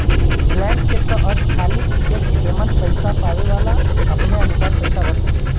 blank cheque क अर्थ खाली चेक एमन पैसा पावे वाला अपने अनुसार पैसा भर सकेला